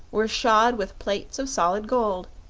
were shod with plates of solid gold,